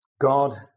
God